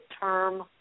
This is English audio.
term